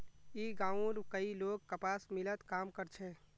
ई गांवउर कई लोग कपास मिलत काम कर छे